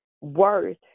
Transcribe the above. worth